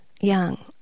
young